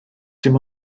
dim